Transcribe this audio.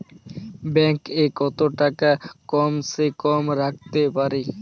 Bank এ কত টাকা কম সে কম রাখতে পারি?